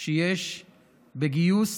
שיש בגיוס